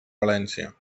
valència